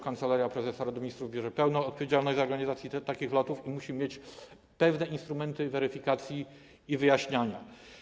Kancelaria Prezesa Rady Ministrów bierze pełną odpowiedzialność za organizację takich lotów i musi mieć pewne instrumenty weryfikacji i wyjaśniania.